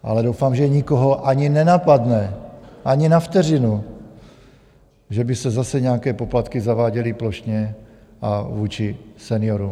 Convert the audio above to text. Ale doufám, že nikoho ani nenapadne ani na vteřinu, že by se zase nějaké poplatky zaváděly plošně a vůči seniorům.